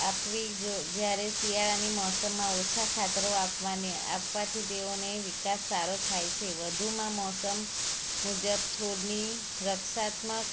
આપવી જ્યારે શિયાળાની મોસમમાં ઓછા ખાતરો આપવાને આપવાથી તેઓને વિકાસ સારો થાય છે વધુમાં મોસમ મુજબ છોડની રક્ષાત્મક